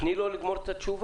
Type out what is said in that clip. תני לו לסיים את התשובה.